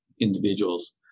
individuals